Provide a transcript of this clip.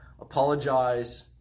apologize